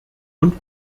und